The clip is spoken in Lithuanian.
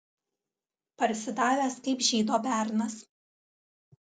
parsidavęs kaip žydo bernas